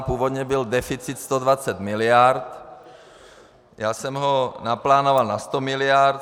Původně byl deficit 120 mld., já jsem ho naplánoval na 100 mld.